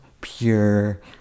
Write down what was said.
pure